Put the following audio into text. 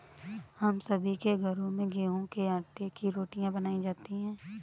हम सभी के घरों में गेहूं के आटे की रोटियां बनाई जाती हैं